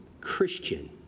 Christian